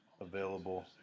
available